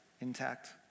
intact